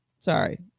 Sorry